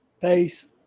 Peace